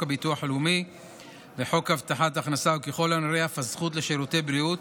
הביטוח הלאומי וחוק הבטחת הכנסה וככל הנראה אף הזכות לשירותי בריאות